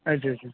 ਅੱਛਾ ਅੱਛਾ